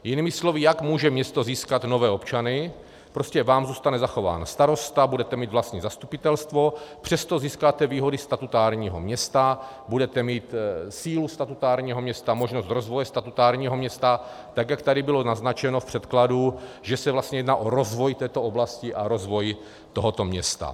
Jinými slovy, jak může město získat nové občany, prostě vám zůstane zachován starosta, budete mít vlastní zastupitelstvo, přesto získáte výhody statutárního města, budete mít sílu statutárního města, možnost rozvoje statutárního města, tak jak tady bylo naznačeno v předkladu, že se vlastně jedná o rozvoj této oblasti a rozvoj tohoto města.